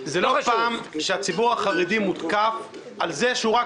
כל פעם שהציבור החרדי מותקף על כך שהוא רק